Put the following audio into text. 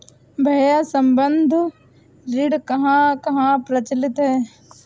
भैया संबंद्ध ऋण कहां कहां प्रचलित है?